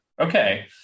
Okay